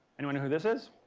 anyone know who this is?